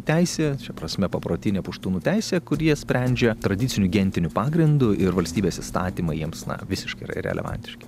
teisė šia prasme paprotinė puštūnų teisė kuri jį sprendžia tradiciniu gentiniu pagrindu ir valstybės įstatymai jiems na visiškai yra irelevantiški